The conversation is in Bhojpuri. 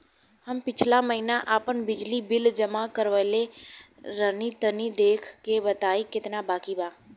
हम पिछला महीना आपन बिजली बिल जमा करवले रनि तनि देखऽ के बताईं केतना बाकि बा?